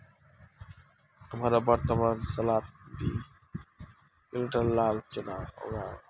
हमरा वर्तमान सालत दी क्विंटल लाल चना उगामु